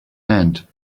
and